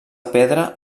pedra